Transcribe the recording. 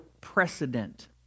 precedent